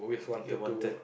you're wanted